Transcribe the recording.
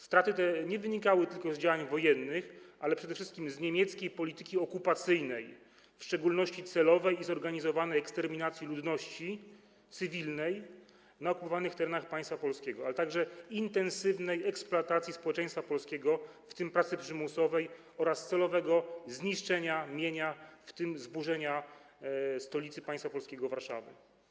Straty te nie wynikały tylko z działań wojennych, ale przede wszystkim z niemieckiej polityki okupacyjnej, w szczególności celowej i zorganizowanej eksterminacji ludności cywilnej na okupowanych terenach państwa polskiego, a także intensywnej eksploatacji społeczeństwa polskiego, w tym pracy przymusowej, oraz celowego zniszczenia mienia, w tym zburzenia stolicy państwa polskiego - Warszawy.